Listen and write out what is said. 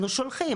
אנחנו שולחים,